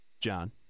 John